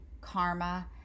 karma